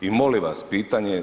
I molim vas pitanje.